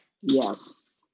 Yes